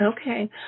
Okay